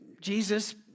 Jesus